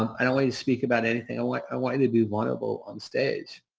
i don't want you to speak about anything. like i want to be vulnerable on stage.